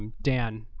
and dan,